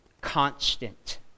constant